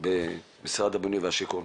במשרד הבינוי והשיכון.